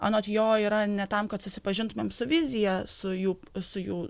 anot jo yra ne tam kad susipažintumėm su vizija su jų su jų